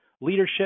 leadership